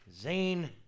Zane